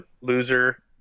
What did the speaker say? loser